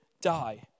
die